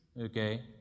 okay